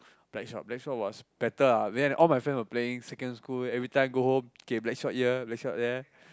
blackshot blackshot was better ah because all my friend were playing second school every time go home okay blackshot here blackshot there